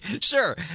sure